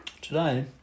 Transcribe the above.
Today